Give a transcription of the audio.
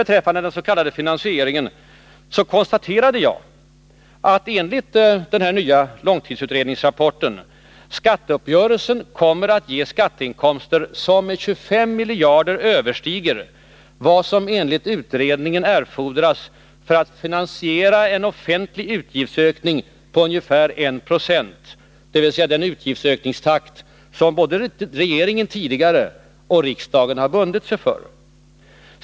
Beträffande den s.k. finansieringen konstaterade jag att enligt den nya långtidsutredningsrapporten kommer skatteuppgörelsen att ge skatteinkomster som med 25 miljarder kronor överstiger vad som enligt utredningen erfordras för att finansiera en offentlig utgiftsökning på ungefär 1 96, dvs. den utgiftsökningstakt som både regeringen och riksdagen tidigare har bundit sig för.